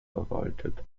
verwaltet